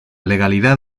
legalidad